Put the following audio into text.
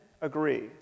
agree